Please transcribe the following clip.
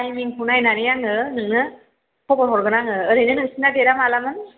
टाइमिंखौ नायनानै आङो नोंनो खबर हरगोन आङो ओरैनो नोंसिना देटआ मालामोन